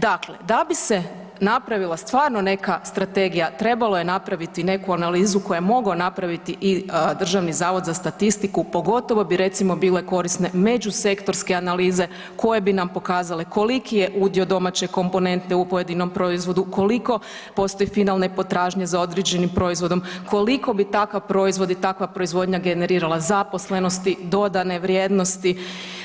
Dakle, da bi se napravila stvarno neka strategija trebalo je napraviti neku analizu koju je mogao napraviti i Državni zavod za statistiku pogotovo bi recimo bile korisne međusektorske analize koje bi nam pokazale koliki je udio domaće komponente u pojedinom proizvodu, koliko postoji finalne potražnje za određenim proizvodom, koliko bi takav proizvod i takva proizvodnja generirala zaposlenosti, dodane vrijednosti